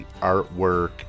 artwork